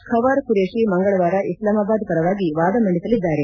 ಖವಾರ್ ಖುರೇಶಿ ಮಂಗಳವಾರ ಇಸ್ಲಾಮಾಬಾದ್ ಪರವಾಗಿ ವಾದ ಮಂಡಿಸಲಿದ್ದಾರೆ